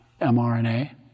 mRNA